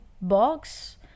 box